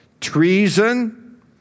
Treason